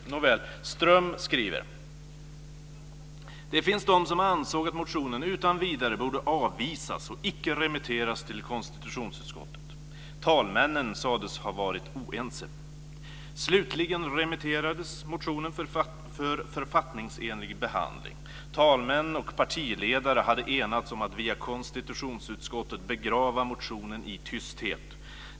Nåväl, Ström skriver: "Det fanns de som ansåg att motionen utan vidare borde avvisas och icke remitteras till konstitutionsutskottet. Talmännen sades ha varit oense. Slutligen remitterades motionen för författningsenlig behandling. Talmän och partiledare hade enats om att via konstitutionsutskottet begrava motionen i tysthet.